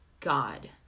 God